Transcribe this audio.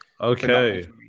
Okay